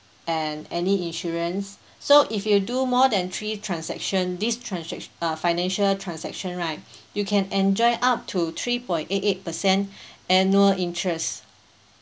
and any insurance so if you do more than three transaction this transac~ uh financial transaction right you can enjoy up to three point eight eight percent annual interests